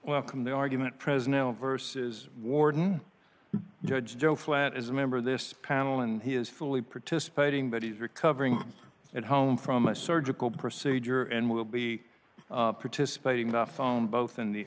welcome the argument pres now versus warden judge joe flat is a member of this panel and he is fully participating but he's recovering at home from a surgical procedure and will be participating about phone both in the